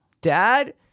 Dad